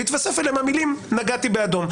ויתווספו אליהם המילים "נגעתי באדום".